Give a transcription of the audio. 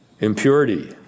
impurity